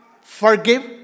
forgive